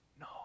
no